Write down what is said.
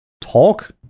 talk